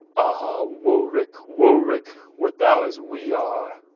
ah warwicke, warwicke, wert thou as we are,